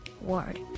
word